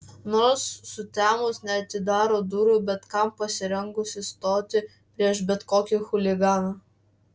nors sutemus neatidaro durų bet kam pasirengusi stoti prieš bet kokį chuliganą